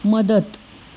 मदत